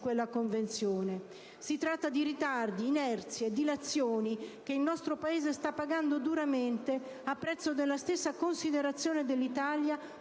quella Convenzione. Si tratta di ritardi, inerzie, dilazioni che il nostro Paese sta pagando duramente, a prezzo della sua stessa considerazione nel